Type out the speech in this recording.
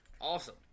Awesome